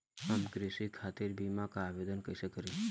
हम कृषि खातिर बीमा क आवेदन कइसे करि?